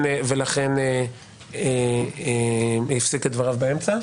ולכן הפסיק את דבריו באמצע.